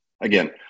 again